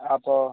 അപ്പോൾ